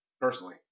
personally